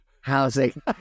housing